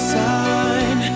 sign